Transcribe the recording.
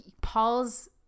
Paul's